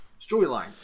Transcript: storyline